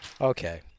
Okay